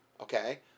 Okay